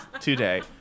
today